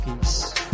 peace